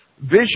Vision